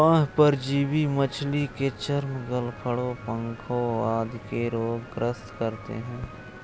बाह्य परजीवी मछली के चर्म, गलफडों, पंखों आदि के रोग ग्रस्त करते है